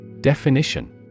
Definition